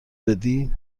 بدی